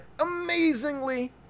amazingly